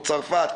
כמו צרפת,